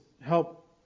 help